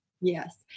Yes